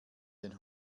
den